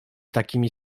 takimi